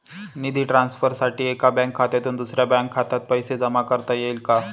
निधी ट्रान्सफरसाठी एका बँक खात्यातून दुसऱ्या बँक खात्यात पैसे जमा करता येतील का?